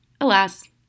Alas